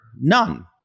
None